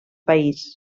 país